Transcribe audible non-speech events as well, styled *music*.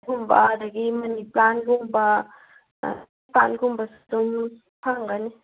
ꯑꯗꯨꯒꯨꯝꯕ ꯑꯗꯒꯤ ꯃꯅꯤ ꯄ꯭ꯂꯥꯟꯒꯨꯝꯕ ꯑꯥ *unintelligible* ꯑꯗꯨꯝ ꯐꯪꯒꯅꯤ